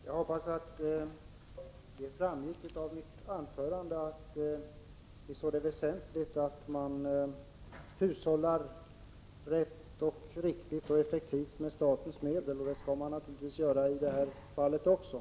Herr talman! Jag hoppas att det framgick av mitt anförande att vi ser det som väsentligt att man hushållar rätt, riktigt och effektivt med statens medel, och det skall man naturligtvis göra i det här fallet också.